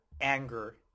anger